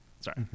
sorry